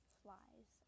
flies